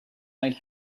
might